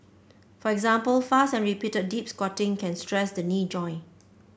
for example fast and repeated deep squatting can stress the knee joint